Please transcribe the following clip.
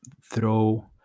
throw